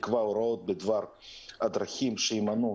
יקבע הוראות בדבר הדרכים שימנעו,